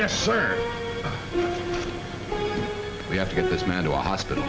yes sir we have to get this man to a hospital